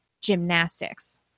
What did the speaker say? gymnastics